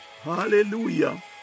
hallelujah